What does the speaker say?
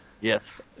yes